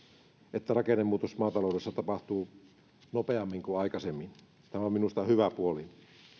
että rakennemuutos maataloudessa tapahtuu nopeammin kuin aikaisemmin tämä on minusta hyvä puoli